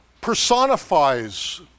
personifies